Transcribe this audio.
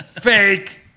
Fake